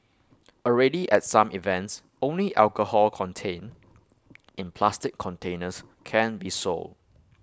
already at some events only alcohol contained in plastic containers can be sold